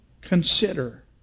consider